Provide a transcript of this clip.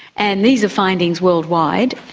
and these are findings worldwide.